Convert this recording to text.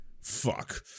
fuck